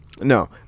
No